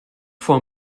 for